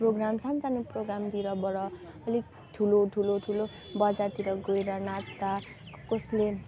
programme सानसानो प्रोग्रामतिर बाट अलिक ठुलो ठुलो ठुलो बजारतिर गएर नाच्दा ककसले